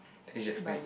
then she explain